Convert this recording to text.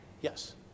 Yes